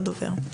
בבקשה.